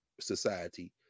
society